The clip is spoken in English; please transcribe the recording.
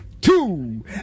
two